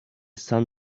sun